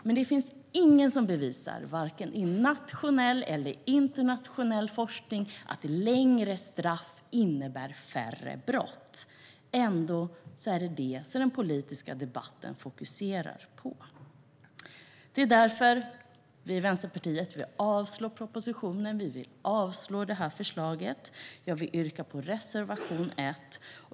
Det finns ingenting som bevisar, vare sig i nationell eller internationell forskning, att längre straff innebär färre brott. Ändå är det detta som den politiska debatten fokuserar på. Det är därför som vi i Vänsterpartiet vill avslå förslaget i propositionen. Jag vill yrka bifall till reservation 1.